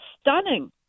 stunning